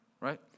right